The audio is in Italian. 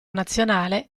nazionale